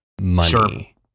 money